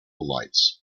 lights